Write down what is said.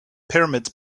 pyramids